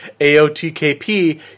AOTKP